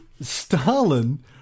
Stalin